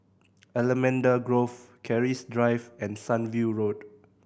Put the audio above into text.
Allamanda Grove Keris Drive and Sunview Road